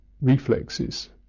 reflexes